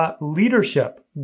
Leadership